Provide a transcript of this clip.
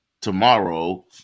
tomorrow –